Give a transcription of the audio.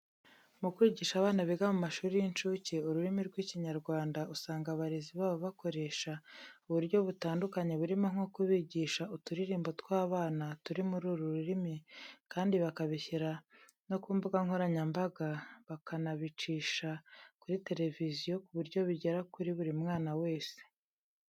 Mu kwigisha abana biga mu mashuri y'incuke ururimi rw'Ikinyarwanda, usanga abarezi babo bakoresha uburyo butandukanye burimo nko kubigisha uturirimbo tw'abana turi muri uru rurimi kandi bakabishyira no ku mbuga nkoranyambaga bakanabicisha kuri televiziyo ku buryo bigera kuri buri mwana wese.